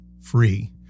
free